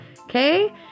Okay